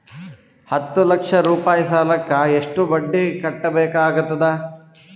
ಹತ್ತ ಲಕ್ಷ ರೂಪಾಯಿ ಸಾಲಕ್ಕ ಎಷ್ಟ ಬಡ್ಡಿ ಕಟ್ಟಬೇಕಾಗತದ?